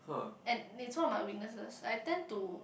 and it's one of my weaknesses I tend to